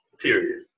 period